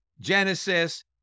Genesis